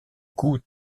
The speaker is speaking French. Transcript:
cou